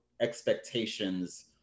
expectations